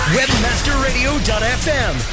Webmasterradio.fm